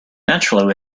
naturally